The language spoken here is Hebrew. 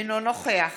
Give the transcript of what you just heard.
אינו נוכח